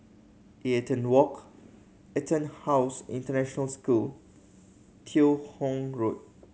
Eaton Walk EtonHouse International School Teo Hong Road